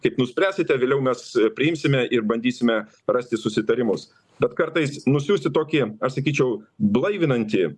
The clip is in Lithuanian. kaip nuspręsite vėliau mes priimsime ir bandysime rasti susitarimus bet kartais nusiųsti tokį aš sakyčiau blaivinantį